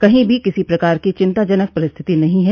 कहीं भी किसी प्रकार की चिंताजनक परिस्थिति नहीं है